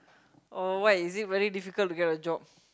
oh what is it very difficult to get a job